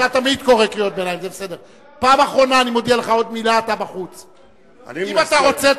אם אתה רוצה,